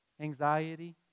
Anxiety